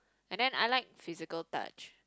and then I like physical touch